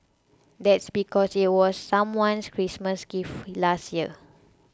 that's because it was someone's Christmas gift last year